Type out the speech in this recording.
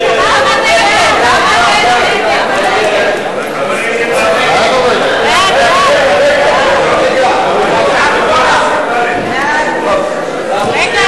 ההצעה להסיר מסדר-היום את הצעת חוק הלוואות לדיור (תיקון,